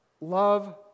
Love